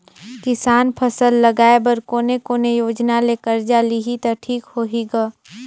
किसान फसल लगाय बर कोने कोने योजना ले कर्जा लिही त ठीक होही ग?